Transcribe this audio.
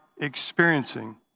experiencing